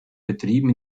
betrieben